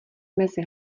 mezi